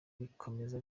rikomeza